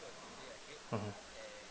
mmhmm